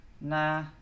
Nah